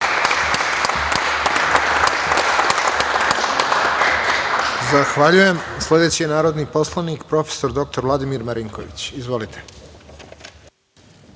Zahvaljujem. Sledeći je, narodni poslanik prof. dr Vladimir Marinković. Izvolite.